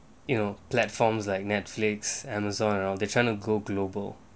you know platforms like Netflix Amazon and all they try to go global